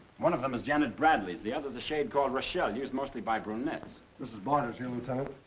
one of them is janet bradley's. the other's a shade called rochelle, used mostly by brunettes. mrs. bard's here, lieutenant.